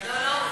לא לא.